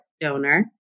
donor